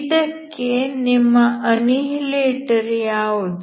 ಇದಕ್ಕೆ ನಿಮ್ಮ ಅನ್ನಿಹಿಲೇಟರ್ ಯಾವುದು